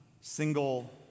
single